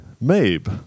Mabe